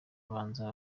abanza